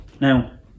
now